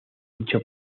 dicho